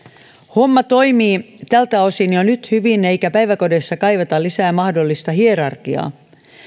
homma toimii tältä osin jo nyt hyvin eikä päiväkodeissa kaivata lisää mahdollista hierarkiaa